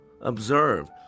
Observe